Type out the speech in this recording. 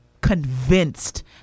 convinced